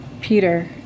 Peter